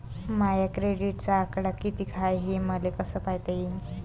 माया क्रेडिटचा आकडा कितीक हाय हे मले कस पायता येईन?